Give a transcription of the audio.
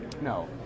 No